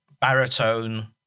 baritone